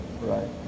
right